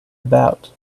about